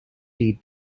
lead